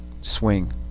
swing